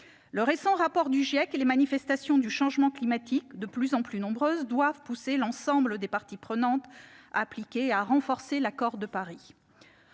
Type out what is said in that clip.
Le récent rapport du GIEC et les manifestations du changement climatique, de plus en plus nombreuses, doivent pousser l'ensemble des parties prenantes à appliquer et à renforcer l'accord de Paris.